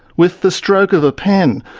with the stroke of a pen,